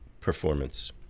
performance